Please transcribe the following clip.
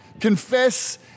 Confess